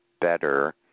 better